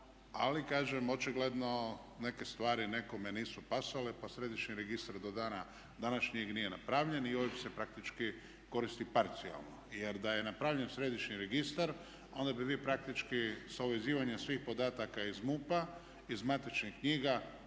Ali kažem očigledno neke stvari nekome nisu pasale pa središnji registar do dana današnjega nije napravljen i OIB se praktički koristi parcijalno. Jer da je napravljen središnji registar onda bi vi praktički sa uvezivanjem svih podataka iz MUP-a, iz matičnih knjiga